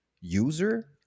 user